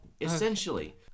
essentially